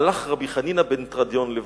הלך רבי חנינא בן תרדיון לבקרו"